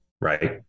right